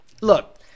look